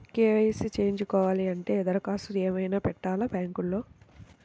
KYC చేయించుకోవాలి అంటే దరఖాస్తు ఏమయినా పెట్టాలా బ్యాంకులో?